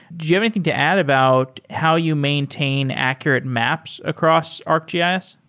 do you have anything to add about how you maintain accurate maps across arcgis?